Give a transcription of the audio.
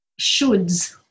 shoulds